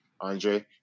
Andre